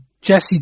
Jesse